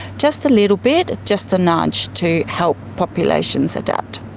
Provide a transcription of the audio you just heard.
just a little bit, just a nudge, to help populations adapt.